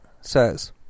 says